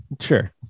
sure